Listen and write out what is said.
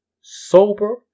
sober